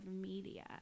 media